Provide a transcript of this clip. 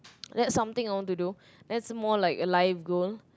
that's something I want to do that's more like a life goal